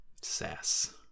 Sass